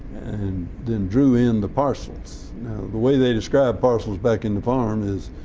and then drew in the parcels. now the way they described parcels back in the farm is,